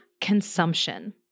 consumption